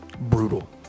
Brutal